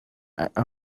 i—i